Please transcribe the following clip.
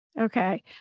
Okay